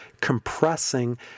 compressing